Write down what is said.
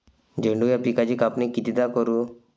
झेंडू या पिकाची कापनी कितीदा करू?